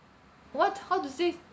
what how to save